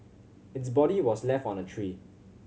its body was left on a tree